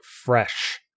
fresh